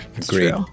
Agreed